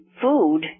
food